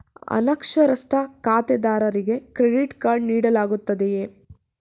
ಅನಕ್ಷರಸ್ಥ ಖಾತೆದಾರರಿಗೆ credit card ನೀಡಲಾಗುತ್ತದೆಯೇ?